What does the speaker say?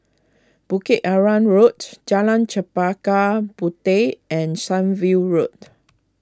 Bukit Arang Road Jalan Chempaka Puteh and Sunview Road